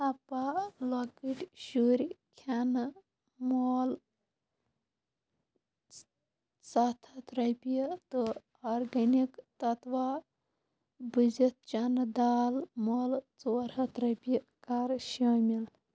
ہاپا لۄکٕٹۍ شُرۍ کھٮ۪نہٕ مۄل سَتھ ہَتھ رۄپیہِ تہٕ آرگینِک تتوا بُزِتھ چنہٕ دال مۄل ژور ہَتھ رۄپیہِ کَر شٲمِل